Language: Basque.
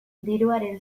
diruaren